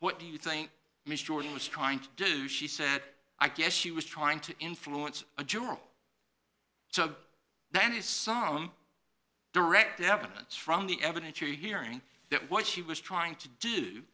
what do you think mr jordan was trying to do she said i guess she was trying to influence a juror so that is some direct evidence from the evidentiary hearing that what she was trying to do